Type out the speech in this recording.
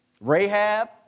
Rahab